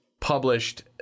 published